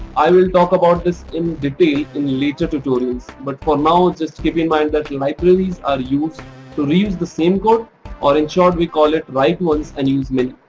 i will talk about this in detail in later tutorials. but for now just keep in mind that libraries are used to reuse the same code or in short we call it write once and use many.